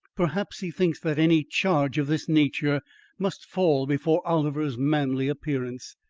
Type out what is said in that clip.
perhaps, he thinks that any charge of this nature must fall before oliver's manly appearance.